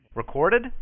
Recorded